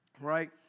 Right